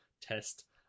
test